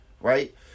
Right